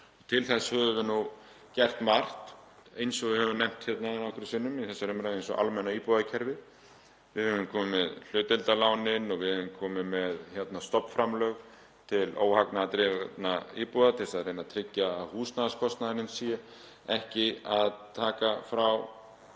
Til þess höfum við nú gert margt, eins og við höfum nefnt hérna nokkrum sinnum í þessari umræðu, eins og með almenna íbúðakerfið, við höfum komið með hlutdeildarlánin og við höfum komið með stofnframlög til óhagnaðardrifinna íbúða til að reyna að tryggja að húsnæðiskostnaðinum sé ekki að taka frá